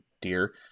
dear